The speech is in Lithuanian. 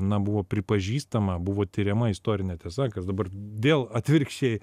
na buvo pripažįstama buvo tiriama istorinė tiesa kas dabar dėl atvirkščiai